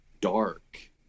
dark